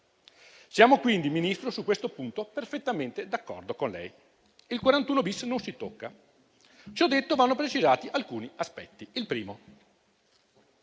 signor Ministro, su questo punto perfettamente d'accordo con lei: il 41-*bis* non si tocca. Ciò detto, vanno precisati alcuni aspetti. Il primo